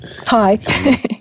Hi